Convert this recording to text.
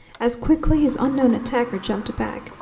as quickly his unknown attacker jumped back.